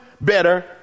better